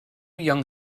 young